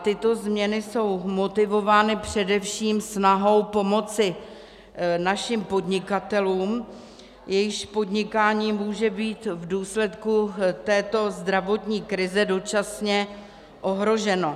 Tyto změny jsou motivovány především snahou pomoci našim podnikatelům, jejichž podnikání může být v důsledku této zdravotní krize dočasně ohroženo.